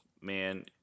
man